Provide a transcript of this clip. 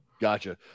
Gotcha